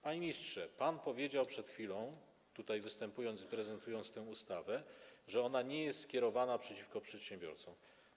Panie ministrze, pan powiedział przed chwilą, występując tutaj i prezentując tę ustawę, że ona nie jest skierowana przeciwko przedsiębiorcom.